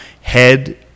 head